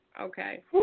Okay